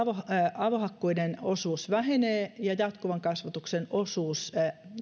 avohakkuiden osuus vähenee ja jatkuvan kasvatuksen osuus